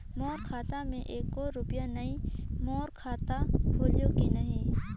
मोर खाता मे एको रुपिया नइ, मोर खाता खोलिहो की नहीं?